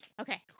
Okay